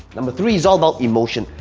number three is all about emotion.